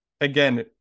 again